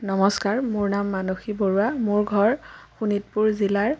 নমস্কাৰ মোৰ নাম মানসী বৰুৱা মোৰ ঘৰ শোণিতপুৰ জিলাৰ